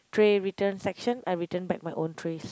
tray return session I return back my own trays